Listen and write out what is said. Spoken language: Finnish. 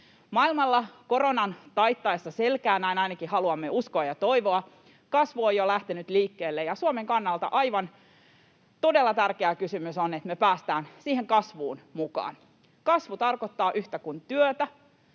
Maailmalla koronan taittaessa selkää — näin ainakin haluamme uskoa ja toivoa — kasvu on jo lähtenyt liikkeelle, ja Suomen kannalta aivan todella tärkeä kysymys on, että me päästään siihen kasvuun mukaan. Kasvu tarkoittaa yhtä kuin työtä,